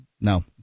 No